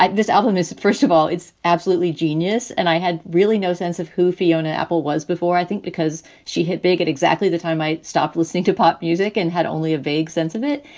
this album is first of all, it's absolutely genius. and i had really no sense of who fiona apple was before, i think because she hit big at exactly the time i stopped listening to pop music and had only a vague sense of it.